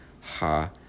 ha